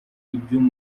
iby’uyu